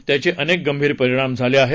त्याचे अनेक गंभीर परिणाम झाले आहेत